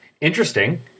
Interesting